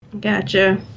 Gotcha